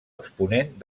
exponent